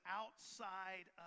outside